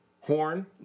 Horn